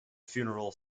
funeral